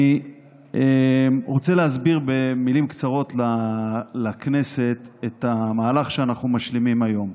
אני רוצה להסביר במילים קצרות לכנסת את המהלך שאנחנו משלימים היום.